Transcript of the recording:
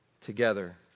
together